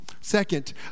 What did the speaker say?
Second